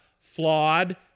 flawed